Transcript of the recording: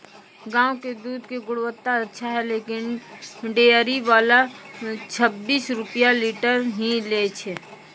गांव के दूध के गुणवत्ता अच्छा छै लेकिन डेयरी वाला छब्बीस रुपिया लीटर ही लेय छै?